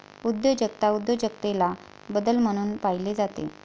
उद्योजकता उद्योजकतेला बदल म्हणून पाहिले जाते